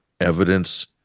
evidence